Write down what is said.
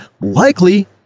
likely